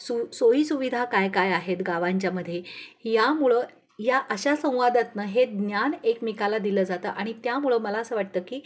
सु सोयीसुविधा काय काय आहेत गावांच्यामध्ये यामुळं या अशा संवादातनं हे ज्ञान एकमेकाला दिलं जातं आणि त्यामुळं मला असं वाटतं की